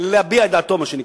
להביע את דעתו, מה שנקרא,